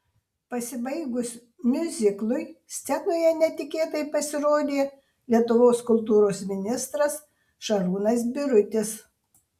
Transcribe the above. pasibaigus miuziklui scenoje netikėtai pasirodė lietuvos kultūros ministras šarūnas birutis